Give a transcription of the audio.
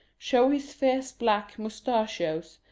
show his fierce black moustachios,